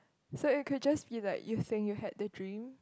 so you could just feel like you saying you had the dream